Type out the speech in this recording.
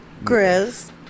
Grizz